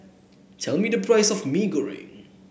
tell me the price of Mee Goreng